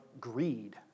greed